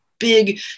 Big